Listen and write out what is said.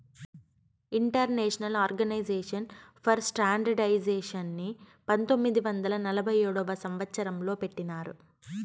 international organisation for స్టాండర్డయిజేషన్ని పంతొమ్మిది వందల నలభై ఏడవ సంవచ్చరం లో పెట్టినారు